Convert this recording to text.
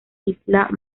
isla